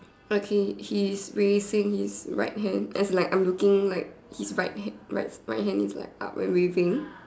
okay he is raising his right hand as in like I'm looking like his right hand right right hand is like up and waving